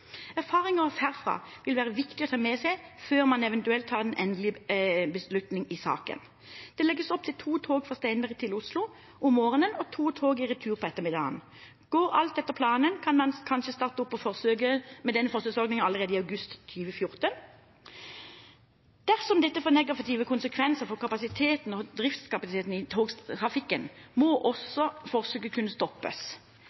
Erfaringer herfra vil være viktige å ta med seg før man eventuelt tar en endelig beslutning i saken. Det legges opp til to tog fra Steinberg til Oslo om morgenen, og to tog i retur på ettermiddagen. Går alt etter planen, kan man kanskje starte opp med denne forsøksordningen allerede i august 2014. Dersom dette får negative konsekvenser for kapasiteten og driftsstabiliteten i togtrafikken, må